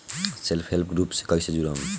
Self help group से कइसे जुड़म?